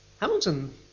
Hamilton